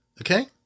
Okay